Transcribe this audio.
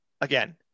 again